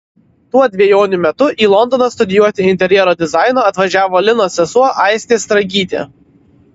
tuo dvejonių metu į londoną studijuoti interjero dizaino atvažiavo linos sesuo aistė stragytė